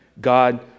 god